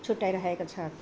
छुट्टाइराखेको छ